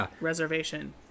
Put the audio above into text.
reservation